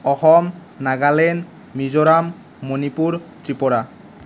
Assam Nagaland Mizoram Manipur Tripura